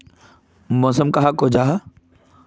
मौसम कहाक को जाहा?